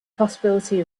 possibility